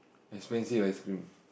expensive ice-cream